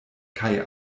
kaj